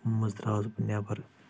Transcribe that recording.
ییٚمہِ منٛز درٛاوُس بہٕ نٮ۪بر